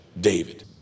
David